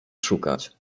szukać